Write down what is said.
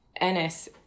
Ennis